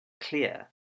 clear